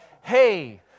Hey